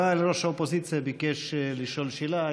אבל ראש האופוזיציה ביקש לשאול שאלה.